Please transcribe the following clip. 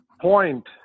point